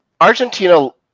Argentina